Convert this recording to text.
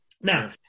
Now